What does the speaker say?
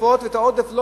את העודף,